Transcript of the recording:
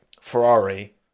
Ferrari